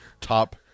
top